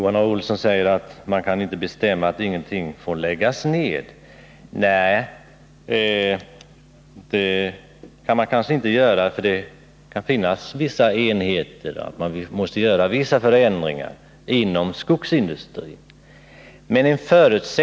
Herr talman! Man kan inte bestämma att ingenting får läggas ned, säger Johan A. Olsson. Nej, det kan man inte göra — vissa förändringar inom skogsindustrin kanske måste göras.